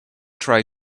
try